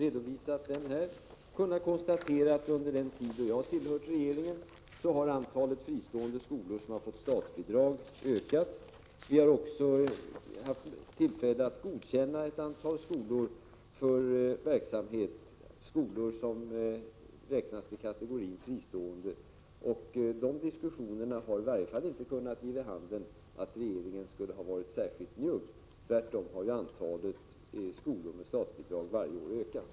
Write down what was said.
Jag har kunnat konstatera att antalet fristående skolor med statsbidrag ökats under den tid jag har tillhört regeringen. Vi har också haft tillfälle att godkänna verksamhet vid ett antal skolor som räknas till kategorin fristående. De diskussionerna har inte kunnat ge vid handen att regeringen skulle ha varit särskilt njugg. Tvärtom har antalet skolor med statsbidrag ökat varje år.